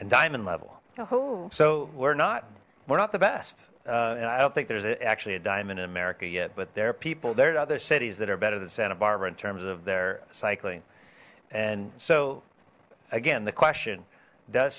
and diamond level who so we're not we're not the best and i don't think there's actually a diamond in america yet but there are people there are other cities that are better than santa barbara in terms of their cycling and so again the question does